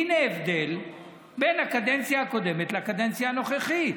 הינה הבדל בין הקדנציה הקודמת לקדנציה הנוכחית: